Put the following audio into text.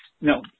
No